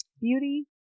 Beauty